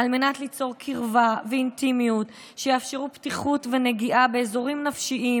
על מנת ליצור קרבה ואינטימיות שיאפשרו פתיחות ונגיעה באזורים נפשיים